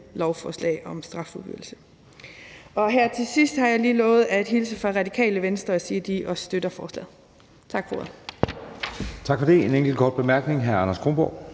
lovforslag om straffuldbyrdelse. Her til sidst har jeg lige lovet at hilse fra Radikale Venstre og sige, at de også støtter forslagene. Tak for ordet. Kl. 12:58 Anden